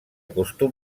costum